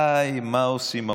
מה עושים המורים?